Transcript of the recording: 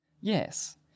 Yes